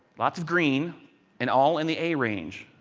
lots of green and all in the a range,